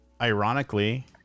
Ironically